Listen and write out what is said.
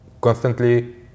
constantly